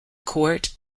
court